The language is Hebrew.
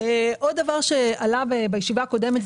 עוד דבר שעלה בישיבה הקודמת,